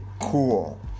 cool